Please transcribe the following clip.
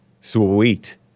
Sweet